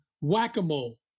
whack-a-mole